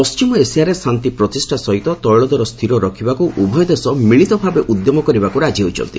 ପଶ୍ଚିମ ଏସିଆରେ ଶାନ୍ତି ପ୍ରତିଷ୍ଠା ସହିତ ତୈଳଦର ସ୍ଥିର ରଖିବାକୁ ଉଭୟ ଦେଶ ମିଳିତ ଭାବେ ଉଦ୍ୟମ କରିବାକୁ ରାଜି ହୋଇଛନ୍ତି